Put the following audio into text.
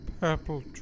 purple